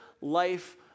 life